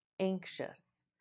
anxious